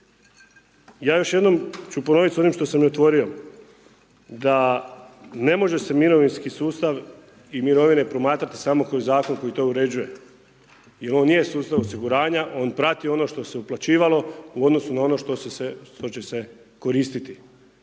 Ja još jednom ću ponoviti, s onim što sam i otvorio, da ne može se mirovinski sustav i mirovine promatrati kao zakon koji to uređuje, jer on nije sustav osiguranja, on prati ono što se uplaćivalo u odnosu na ono što će se koristiti.